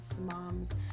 moms